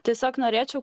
tiesiog norėčiau